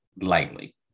Lightly